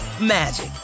magic